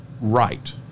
right